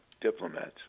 diplomats